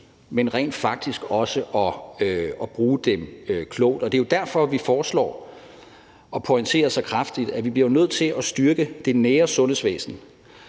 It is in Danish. men rent faktisk også at bruge dem klogt. Det er derfor, vi foreslår og pointerer så kraftigt, at vi jo bliver nødt til at styrke det nære sundhedsvæsen,